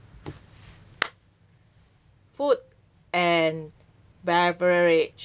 food and beverage